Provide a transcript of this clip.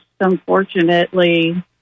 unfortunately